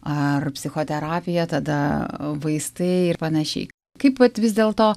ar psichoterapija tada vaistai ir panašiai kaip vat vis dėlto